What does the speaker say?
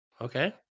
Okay